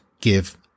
give